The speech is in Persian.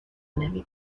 نمی